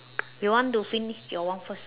you want to finish your one first